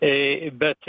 į bet